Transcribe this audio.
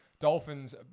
Dolphins